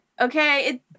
Okay